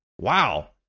Wow